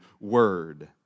word